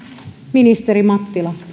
ministeri mattila